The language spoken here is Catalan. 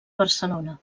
barcelona